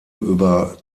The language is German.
über